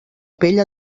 pell